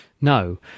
No